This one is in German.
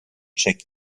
check